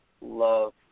love